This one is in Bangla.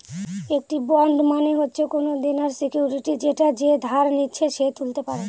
একটি বন্ড মানে হচ্ছে কোনো দেনার সিকুইরিটি যেটা যে ধার নিচ্ছে সে তুলতে পারে